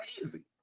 crazy